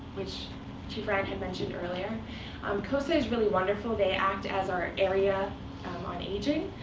which chief ryan had mentioned earlier um cosa is really wonderful. they act as our area um on aging.